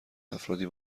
افرادی